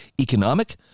economic